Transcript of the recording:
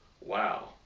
wow